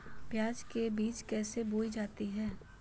प्याज के बीज कैसे बोई जाती हैं?